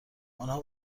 آنها